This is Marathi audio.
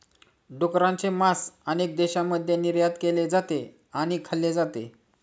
डुकराचे मांस अनेक देशांमध्ये निर्यात केले जाते आणि खाल्ले जाते